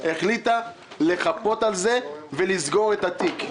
החליטה לחפות על זה ולסגור את התיק,